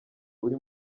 uri